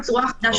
בצורה אחידה,